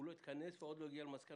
הצוות לא התכנס ועוד לא הגיע למסקנות.